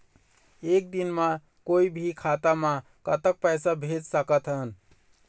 एक दिन म कोई भी खाता मा कतक पैसा भेज सकत हन?